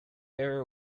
area